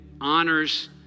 honors